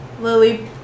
Lily